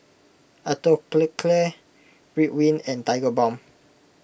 Atopiclair Ridwind and Tigerbalm